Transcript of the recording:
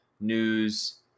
news